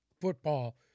football